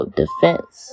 defense